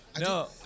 No